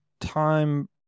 time